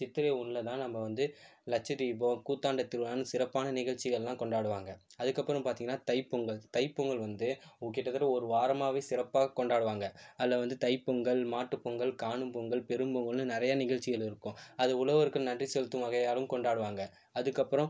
சித்திரை ஒன்றில் தான் நம்ம வந்து லட்சதீபம் கூத்தாண்டவர் திருவிழான்னு சிறப்பான நிகழ்ச்சிகளெலாம் கொண்டாடுவாங்க அதுக்கப்புறம் பார்த்தீங்கன்னா தைப்பொங்கல் தைப்பொங்கல் வந்து கிட்டத்தட்டே ஒரு வாரமாகவே சிறப்பாக கொண்டாடுவாங்க அதில் வந்து தைப்பொங்கல் மாட்டுப்பொங்கல் காணும் பொங்கல் பெரும்பொங்கல்னு நிறைய நிகழ்ச்சிகள் இருக்கும் அது உழவருக்கு நன்றி செலுத்தும் வகையாலும் கொண்டாடுவாங்க அதுக்கப்புறம்